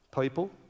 people